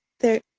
there.